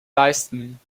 leisten